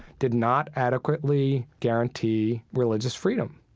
did not adequately guarantee religious freedom.